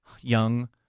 young